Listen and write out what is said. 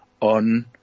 on